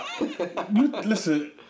Listen